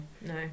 No